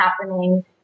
happening